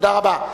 תודה רבה.